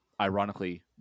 ironically